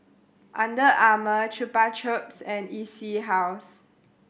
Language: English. Under Armour Chupa Chups and E C House